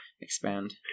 expand